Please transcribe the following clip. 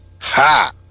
Ha